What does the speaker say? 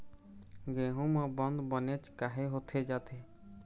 गेहूं म बंद बनेच काहे होथे जाथे?